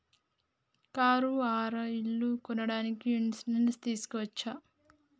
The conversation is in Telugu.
కారు ఆర్ ఇల్లు కొనడానికి ఇన్సూరెన్స్ తీస్కోవచ్చా?